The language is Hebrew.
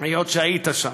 היות שהיית שם.